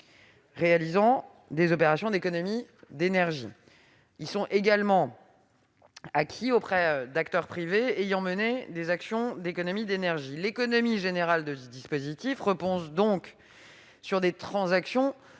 réalisant des opérations d'économie d'énergie. Ces certificats sont également acquis auprès d'acteurs privés ayant mené des actions d'économies d'énergie. L'économie générale de ce dispositif repose donc sur des transactions